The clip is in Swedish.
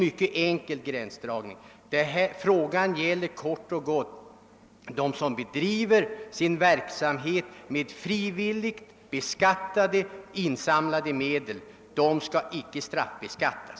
Men gränsdragningen där är ju mycket enkel: den som bedriver sin verksamhet med frivilligt insamlade och beskattade medel skall icke straffbeskattas.